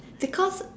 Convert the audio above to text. because